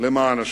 למען